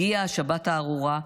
הגיעה השבת הארורה,